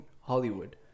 Hollywood